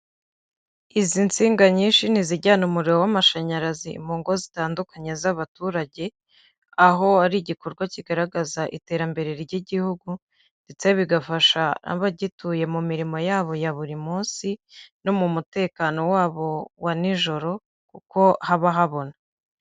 Izi nsinga nyinshi ni izijyana umuriro w'amashanyarazi mu ngo zitandukanye z'abaturage, aho ari igikorwa kigaragaza iterambere ry'igihugu ndetse bigafasha n'abagituye mu mirimo yabo ya buri munsi no mu mutekano wabo wa n'ijoro kuko haba habona.